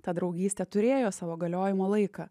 ta draugystė turėjo savo galiojimo laiką